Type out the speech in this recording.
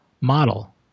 model